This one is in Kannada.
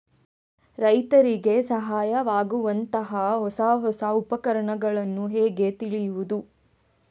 ರೈತರಿಗೆ ಸಹಾಯವಾಗುವಂತಹ ಹೊಸ ಹೊಸ ಉಪಕರಣಗಳನ್ನು ಹೇಗೆ ತಿಳಿಯುವುದು?